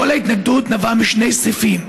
כל ההתנגדות נבעה משני סעיפים: